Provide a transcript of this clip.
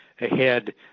ahead